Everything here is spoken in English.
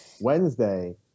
Wednesday